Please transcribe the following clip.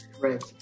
Right